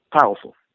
Powerful